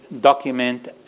document